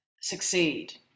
succeed